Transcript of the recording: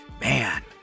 man